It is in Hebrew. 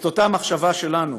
את אותה מחשבה שלנו,